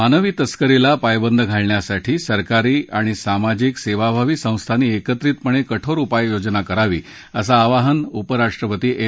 मानवी तस्करीला पायबंद घालण्यासाठी सरकारी आणि सामजिक सद्यामावी संस्थांनी एकत्रितपणक्रिठोर उपाययोजना करावी असं आवाहन उपराष्ट्रपती एम